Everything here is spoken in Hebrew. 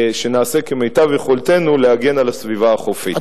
שנעשה כמיטב יכולתנו להגן על הסביבה החופית.